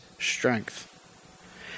strength